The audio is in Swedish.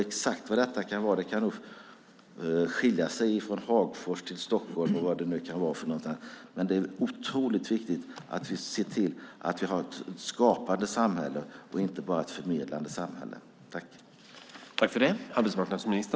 Exakt vad det kan vara fråga om kan nog skilja mellan Hagfors och Stockholm eller andra platser, men det är otroligt viktigt att vi ser till att vi har ett skapande samhälle och inte bara ett förmedlande samhälle.